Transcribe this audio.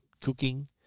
cooking